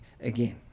again